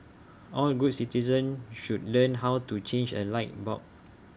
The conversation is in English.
all good citizens should learn how to change A light bulb